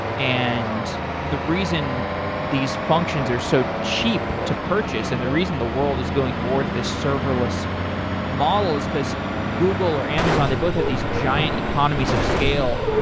and the reason these functions are so cheap to purchase and the reason the world is going towards this serverless model is because google or amazon, they both have these giant economies of scale.